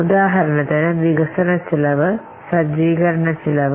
ഉദാഹരണത്തിന് ചിലവ് വികസനച്ചെലവ് ആയിരിക്കും ചിലവ് സജ്ജീകരണ ചെലവ്